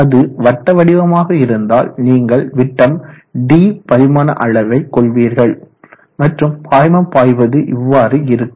அது வட்ட வடிவமாக இருந்தால் நீங்கள் விட்டம் d பரிமாண அளவை கொள்வீர்கள் மற்றும் பாய்மம் பாய்வது இவ்வாறு இருக்கும்